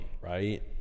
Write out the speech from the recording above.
right